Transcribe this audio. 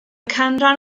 canran